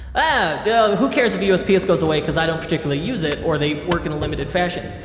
ah who cares if usps goes away? cause i don't particularly use it, or they work in a limited fashion.